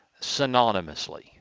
synonymously